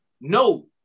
No